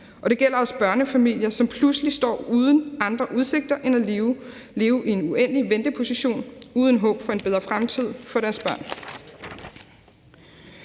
Det gælder også børnefamilier, som pludselig står uden andre udsigter end at leve i en uendelig venteposition uden håb for en bedre fremtid for deres børn.